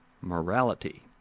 morality